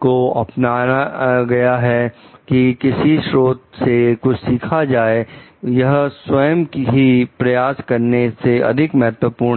को अपनाया गया है कि किसी स्रोत से कुछ सीखा जाए यह स्वयं ही प्रयास करने से अधिक महत्वपूर्ण है